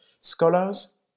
scholars